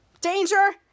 Danger